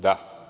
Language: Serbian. Da.